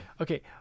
Okay